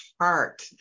heart